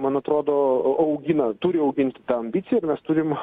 man atrodo augina turi auginti tą ambiciją ir mes turim